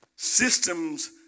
systems